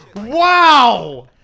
Wow